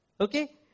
Okay